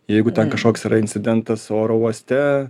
jeigu ten kažkoks yra incidentas oro uoste